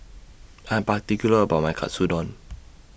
I'm particular about My Katsudon